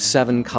Seven